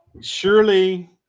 Surely